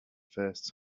first